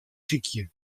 sykje